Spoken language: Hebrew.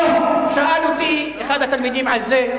אוה, שאל אותי אחד התלמידים על זה.